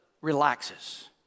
relaxes